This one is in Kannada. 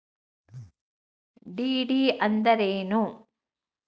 ಡಿ.ಡಿ ಅಂದ್ರೇನು?